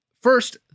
First